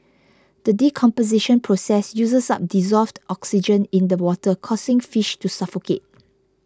the decomposition process uses up dissolved oxygen in the water causing fish to suffocate